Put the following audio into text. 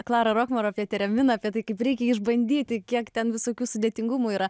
klarą rokmor apie tereminą apie tai kaip reikia jį išbandyti kiek ten visokių sudėtingumų yra